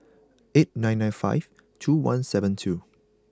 eight nine nine five two one seven two